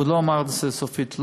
הוא עוד לא אמר סופית לא,